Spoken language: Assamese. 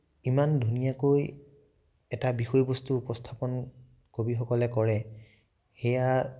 ইমান ধুনীয়াকৈ এটা বিষয়বস্তু উপস্থাপন কবিসকলে কৰে সেয়া